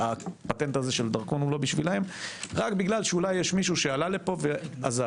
הפטנט של דרכון הוא לא בשבילם רק כי אולי יש מישהו שעלה לפה ועזב.